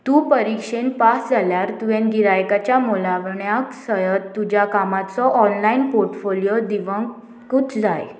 तूं परिक्षेन पास जाल्यार तुवेंन गिरायकाच्या मोलावण्या सयत तुज्या कामाचो ऑनलायन पोर्टफोलियो दिवंकूच जाय